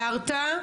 הערת,